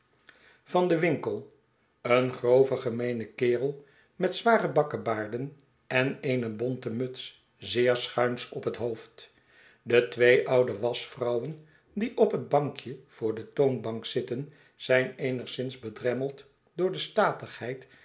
van den winkel een grove gemeene kerel met zware bakkebaarden en eene bonten muts zeer schuins op net hoofd de twee oude waschvrouwen die op het bankje voor de toonbank zitten zijn eenigszins bedremmeld door de statigheid